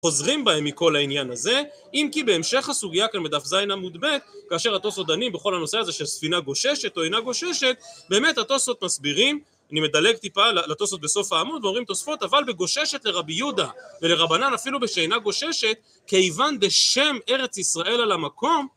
חוזרים בהם מכל העניין הזה, אם כי בהמשך הסוגיה כאן בדף ז עמוד ב, כאשר התוספות דנים בכל הנושא הזה של ספינה גוששת או אינה גוששת, באמת התוספות מסבירים, אני מדלג טיפה לתוספות בסוף העמוד, ואומרים תוספות, אבל בגוששת לרבי יהודה ולרבנן אפילו בשאינה גוששת, כיוון בשם ארץ ישראל על המקום